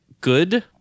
good